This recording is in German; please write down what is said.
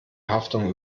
haftung